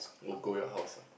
oh go your house ah